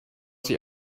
sie